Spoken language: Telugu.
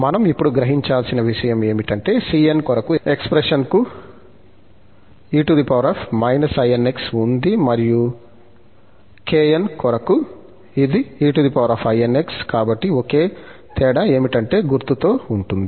మనం ఇప్పుడు గ్రహించాల్సిన విషయం ఏమిటంటే cn కొరకు ఎక్స్ప్రెషన్ కు e inx ఉంది మరియు kn కొరకు ఇది einx కాబట్టి ఒకే తేడా ఏమిటంటే గుర్తుతో ఉంటుంది